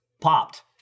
popped